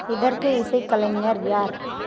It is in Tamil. இதற்கு இசைக்கலைஞர் யார்